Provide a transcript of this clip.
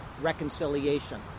reconciliation